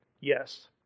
Yes